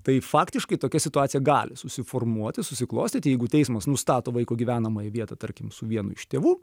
tai faktiškai tokia situacija gali susiformuoti susiklostyti jeigu teismas nustato vaiko gyvenamąją vietą tarkim su vienu iš tėvų